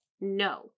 No